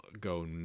go